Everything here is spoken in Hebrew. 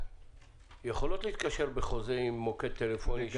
יכולות להתקשר בחוזה עם מוקד טלפוני,